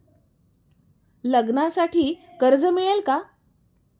लग्नासाठी कर्ज मिळेल का?